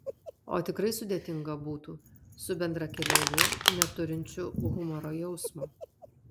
o tikrai sudėtinga būtų su bendrakeleiviu neturinčiu humoro jausmo